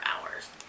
hours